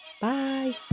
Bye